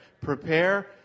prepare